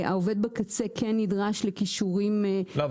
העובד בקצה כן נדרש לכישורים --- לא,